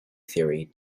theory